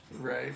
Right